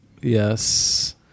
Yes